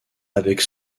avec